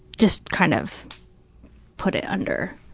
just kind of put it under,